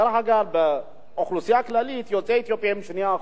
דרך אגב, באוכלוסייה הכללית יוצאי אתיופיה הם 2%,